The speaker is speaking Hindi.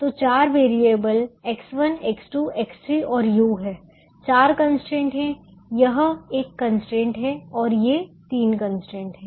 तो चार वेरिएबल X1 X2 X3 और u हैं चार कंस्ट्रेंट हैं यह एक कंस्ट्रेंट है और ये तीन कंस्ट्रेंट हैं